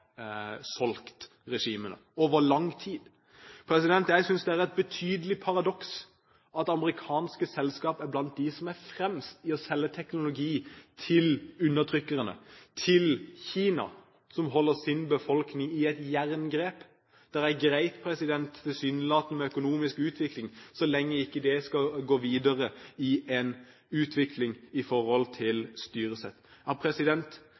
solgt til regimene. Jeg synes det er et betydelig paradoks at amerikanske selskap er blant dem som er fremst i å selge teknologi til undertrykkerne, til Kina, som holder sin befolkning i et jerngrep. Det er tilsynelatende greit med økonomisk utvikling så lenge det ikke skal gå videre i en utvikling i forhold